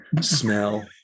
smell